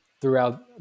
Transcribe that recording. throughout